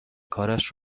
کارش